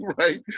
right